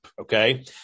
Okay